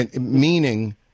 Meaning